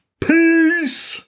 Peace